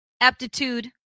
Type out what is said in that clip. Aptitude